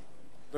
אחר כך, אייכלר.